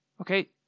okay